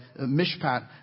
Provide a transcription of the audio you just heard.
Mishpat